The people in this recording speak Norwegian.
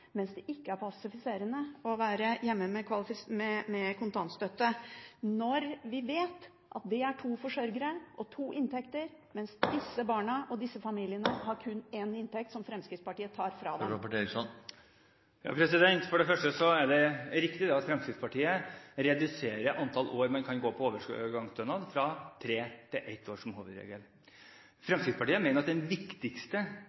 være hjemme med kontantstøtte når vi vet at det er to forsørgere og to inntekter – mens disse barna og disse familiene kun har én inntekt, som Fremskrittspartiet tar fra dem? For det første er det riktig at Fremskrittspartiet reduserer antall år man kan gå på overgangsstønad, fra tre til ett år som hovedregel.